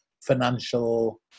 financial